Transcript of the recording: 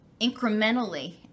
incrementally